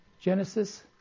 Genesis